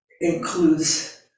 includes